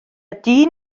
dyn